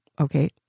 Okay